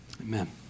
Amen